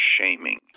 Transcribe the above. shaming